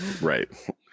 right